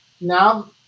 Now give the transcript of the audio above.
now